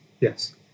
yes